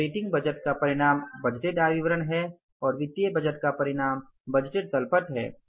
तो operating budget का परिणाम बजटेड आय विवरण है और वित्तीय बजट का परिणाम बजटेड तल पट है